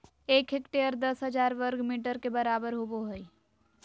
एक हेक्टेयर दस हजार वर्ग मीटर के बराबर होबो हइ